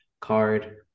card